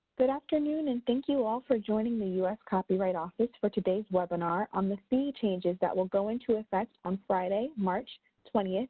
good afternoon and thank you, all, for joining the u s. copyright office for today's webinar on the fee changes that will go into effect on friday, march twenty, ah